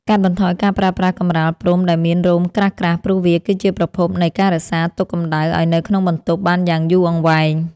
កាត់បន្ថយការប្រើប្រាស់កំរាលព្រំដែលមានរោមក្រាស់ៗព្រោះវាគឺជាប្រភពនៃការរក្សាទុកកម្តៅឱ្យនៅក្នុងបន្ទប់បានយ៉ាងយូរអង្វែង។